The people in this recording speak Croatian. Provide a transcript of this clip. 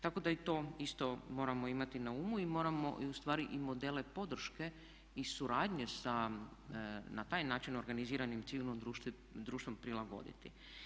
Tako da i to isto moramo imati na umu i moramo u stvari i modele podrške i suradnje sa na taj način organiziranim civilnim društvom prilagoditi.